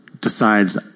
decides